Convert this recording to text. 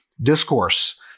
discourse